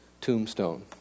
tombstone